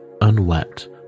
unwept